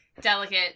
delicate